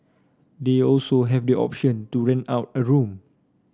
they also have the option to rent out a room